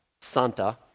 Santa